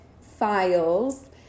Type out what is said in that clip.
files